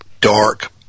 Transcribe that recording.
dark